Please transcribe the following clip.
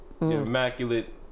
Immaculate